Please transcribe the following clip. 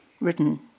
written